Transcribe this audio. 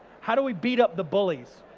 how do we beat up the bullies?